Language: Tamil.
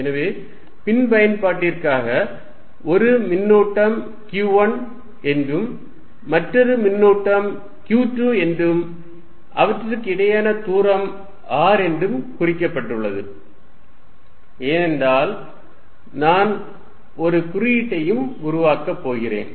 எனவே பின் பயன்பாட்டுக்காக ஒரு மின்னூட்டம் q1 என்றும் மற்றொரு மின்னூட்டம் q2 என்றும் அவற்றுக்கு இடையிலான தூரம் r என்றும் குறிக்கப்பட்டுள்ளது ஏனென்றால் நான் ஒரு குறியீட்டையும் உருவாக்கப் போகிறேன்